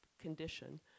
condition